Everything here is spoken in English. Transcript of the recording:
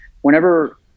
whenever